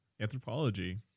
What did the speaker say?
anthropology